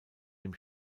dem